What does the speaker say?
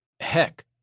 Heck